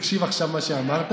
תקשיב עכשיו, זה מה שאמרת.